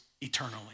eternally